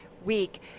Week